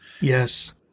yes